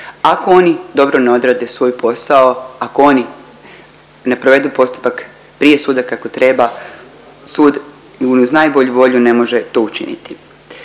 ako oni dobro ne odrade svoj posao, ako oni ne provedu postupak prije suda kako treba, sud i uz najbolju volju ne može to učiniti.